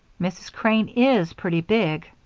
mrs. crane is pretty big,